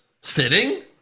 Sitting